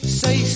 say